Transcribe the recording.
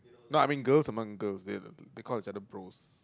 no I mean girls among girls they are they call each other bros